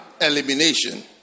elimination